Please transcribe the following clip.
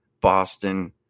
Boston